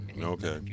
Okay